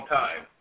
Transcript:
time